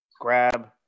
grab